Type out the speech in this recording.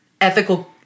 ethical